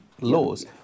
laws